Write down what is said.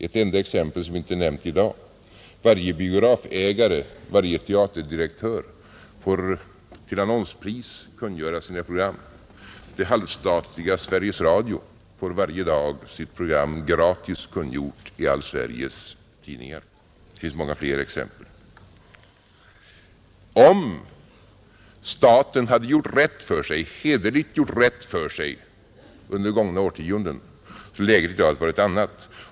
Ett enda exempel som inte är nämnt i dag: Varje biografägare, varje teaterdirektör får till annonspris kungöra sina program; det halvstatliga Sveriges Radio får varje dag sitt program gratis kungjort i alla Sveriges tidningar. Det finns många fler exempel. Om staten hederligt hade gjort rätt för sig under gångna årtionden, hade läget i dag varit ett annat.